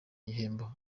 gihembo